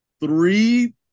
three